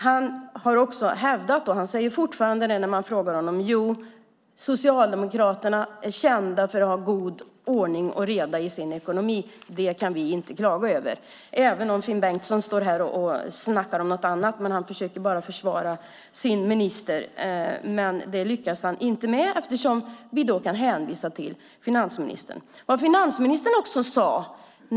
Han har hävdat, och säger fortfarande när man frågar honom, att Socialdemokraterna är kända för att ha ordning och reda i sin ekonomi. Det kan vi inte klaga på, säger han. Finn Bengtsson står här och snackar om annat, men han försöker bara försvara sin minister. Det lyckas han inte med eftersom vi kan hänvisa till finansministern.